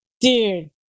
dude